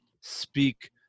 speak